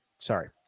Sorry